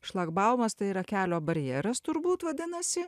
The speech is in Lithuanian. šlagbaumas tai yra kelio barjeras turbūt vadinasi